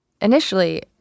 Initially